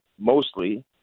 mostly